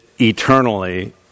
eternally